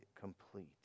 complete